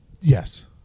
Yes